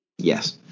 Yes